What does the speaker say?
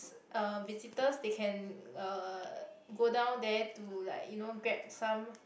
uh visitors they can uh go down there to like you know grab some